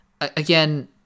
Again